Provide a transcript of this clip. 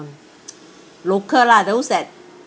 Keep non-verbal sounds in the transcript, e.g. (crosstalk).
(noise) local lah those that